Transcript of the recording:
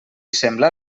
sembla